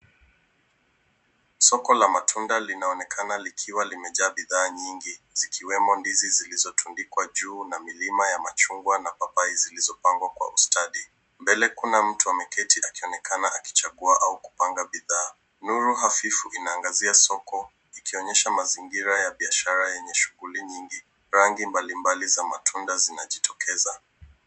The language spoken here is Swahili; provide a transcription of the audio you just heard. Soko la matunda lonaonekana likiwa limejaa bidhaa nyingi zikiwemo ndizi zilizotundikwa juu na milima ya machungwa na papai zilizopangwa kwa ustadi. Mbele kuna mtu ameketi akionekana akichagua au kupanga bidhaa. Mwanga hafifu inaangazia soko ikionyesha mazingira ya biashara yenye shuhuli mingi. Rangi mbalimbali za matunda zinajitokeza.